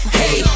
hey